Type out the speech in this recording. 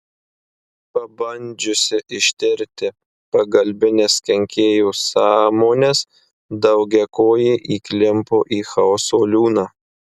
pabandžiusi ištirti pagalbines kenkėjo sąmones daugiakojė įklimpo į chaoso liūną